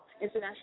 international